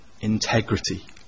integrity